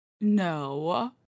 No